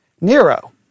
Nero